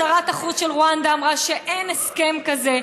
שרת החוץ של רואנדה אמרה שאין הסכם כזה.